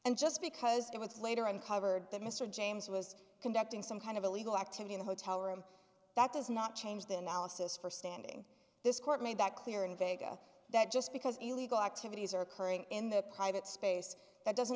and just because it was later uncovered that mr james was conducting some kind of illegal activity in a hotel room that does not change the analysis for standing this court made that clear and vega that just because illegal activities are occurring in the private space that doesn't